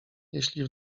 jeśli